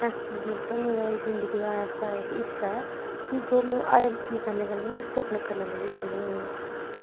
ऐसी मेरी मतलब मेरा इक जिंदगी दा ऐसा हिस्सा ऐ कि जो में हर इक चीज़ कन्नै कन्नै उसी अपने कन्नै लेइयै चलनी होन्नी आं